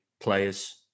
players